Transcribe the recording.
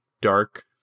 dark